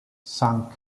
cinq